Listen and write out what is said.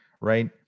Right